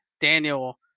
Daniel